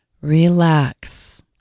Relax